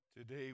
Today